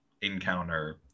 encounter